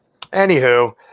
anywho